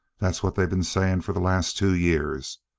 that's what they been saying for the last two years.